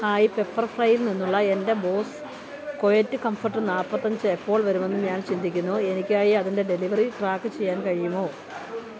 hi പെപ്പർഫ്രൈയിൽ നിന്നുള്ള എൻ്റെ ബോസ് ക്വയറ്റ് കംഫർട്ട് നാൽപ്പത്തഞ്ച് എപ്പോൾ വരുമെന്ന് ഞാൻ ചിന്തിക്കുന്നു എനിക്കായി അതിൻ്റെ ഡെലിവറി ട്രാക്ക് ചെയ്യാൻ കഴിയുമോ